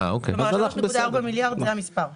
כלומר, 3.4 מיליארד זה המספר.